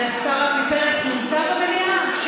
השר רפי פרץ נמצא פה במליאה?